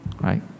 Right